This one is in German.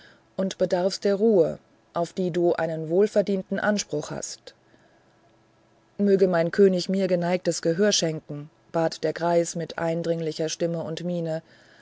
und bedarfst der ruhe auf die du einen wohlverdienten anspruch hast möge mein könig mir geneigtes gehör schenken bat der greis mit eindringlicher stimme und miene